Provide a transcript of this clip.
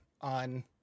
on